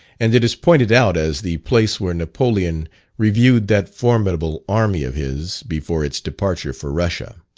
and it is pointed out as the place where napoleon reviewed that formidable army of his before its departure for russia.